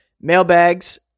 mailbags